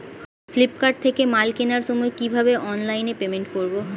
Flipkart থেকে মাল কেনার সময় কিভাবে অনলাইনে পেমেন্ট করব?